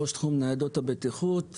ראש תחום ניידות הבטיחות,